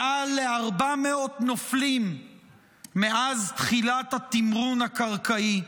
מעל ל-400 נופלים מאז תחילת התמרון הקרקעי.